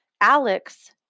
Alex